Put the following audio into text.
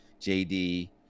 JD